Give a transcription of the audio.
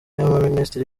y’abaminisitiri